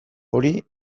hori